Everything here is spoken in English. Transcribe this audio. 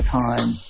time